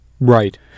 Right